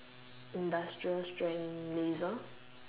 industrial strength laser